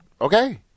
okay